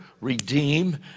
redeem